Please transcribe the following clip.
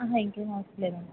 అహ ఇంకేమి అవసరం లేదండీ